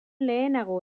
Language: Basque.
lehenago